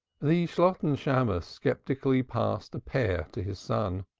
the shalotten shammos sceptically passed a pear to his son.